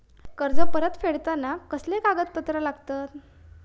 कर्ज परत फेडताना कसले कागदपत्र लागतत?